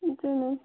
ꯑꯗꯨꯅ